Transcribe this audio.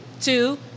two